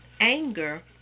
anger